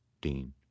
Dean